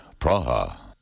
Praha